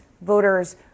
voters